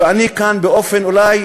ואני כאן באופן אולי